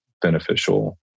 beneficial